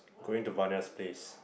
going to Varnia's place